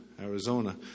Arizona